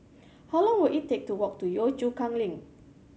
how long will it take to walk to Yio Chu Kang Link